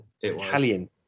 italian